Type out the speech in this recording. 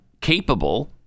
capable